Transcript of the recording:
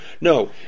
No